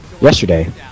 yesterday